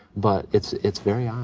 but it's it's very odd.